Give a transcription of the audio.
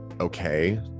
okay